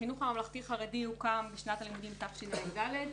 החינוך הממלכתי-חרדי הוקם בשנת הלימודים תשמ"ד,